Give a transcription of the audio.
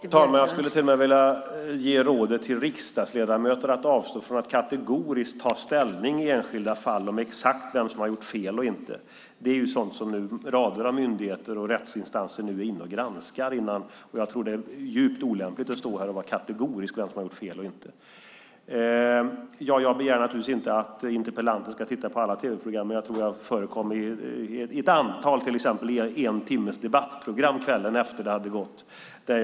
Fru talman! Jag skulle till och med vilja ge rådet till riksdagsledamöter att avstå från att kategoriskt ta ställning i enskilda fall i fråga om exakt vem som har gjort fel och inte. Det är sådant som rader av myndigheter och rättsinstanser nu är inne och granskar. Jag tror att det är djupt olämpligt att stå här och vara kategorisk när det gäller vem som har gjort fel och inte. Jag begär naturligtvis inte att interpellanten ska titta på alla tv-program, men jag tror att jag förekom i ett antal, till exempel i ett en timma långt debattprogram kvällen efter att det här hade visats.